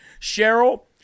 Cheryl